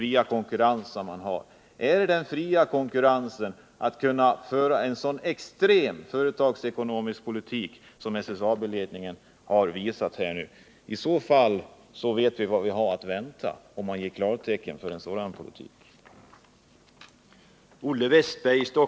Blir resultatet härav att man vill ge fria händer åt SSAB-ledningen att föra en så extrem företagsekonomisk politik som den hittills har uppvisat? Om man ger klartecken för en sådan politik, vet vi vad vi har att vänta.